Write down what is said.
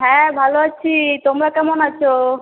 হ্যাঁ ভালো আছি তোমরা কেমন আছো